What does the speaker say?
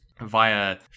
via